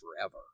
forever